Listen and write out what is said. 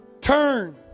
Turn